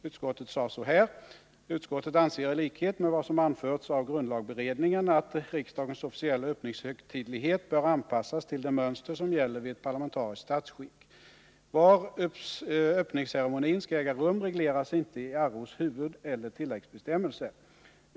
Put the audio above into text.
Utskottet sade så här: ”Utskottet anser i likhet med vad som anförts av grundlagberedningen att riksdagens officiella öppningskögtidlighet bör anpassas till det mönster som gäller vid ett parlamentariskt statsskick. Var öppningsceremonin skall äga rum regleras inte i RO:s huvudeller tilläggsbestämmelser.